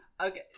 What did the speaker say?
okay